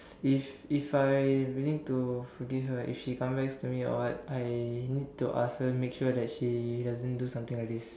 if if I willing to forgive her if she comes back to me or what I need to ask her make sure that she doesn't do something like this